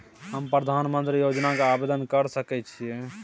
हम प्रधानमंत्री योजना के आवेदन कर सके छीये?